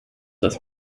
das